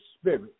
Spirit